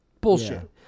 bullshit